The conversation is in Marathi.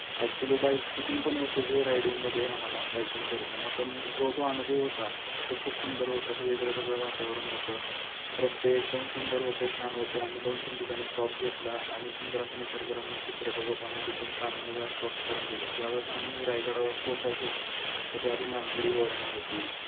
ॲक्च्युली बाईक स्किटिंग पण होते ते रायडिंगमध्ये आम्हाला बाईकिंग करताना पण जो तो अनुभव होता तो खूप सुंदर होता सगळीकडं ढगाळ वातावरण होतं रस्ते एकदम सुंदर होते छान होते आम्ही दोन तीन ठिकाणी स्टॉप घेतला आणि सुंदर असा निसर्गरम्य चित्र बघत आम्ही तिथून ताम्हिणी घाट क्रॉस करून गेलो ज्यावेळेस आम्ही रायगडावर पोचायचो त्याच्याआधी नागमोडी वळणं होती